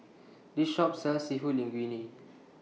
This Shop sells Seafood Linguine